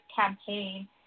campaign